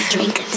Drink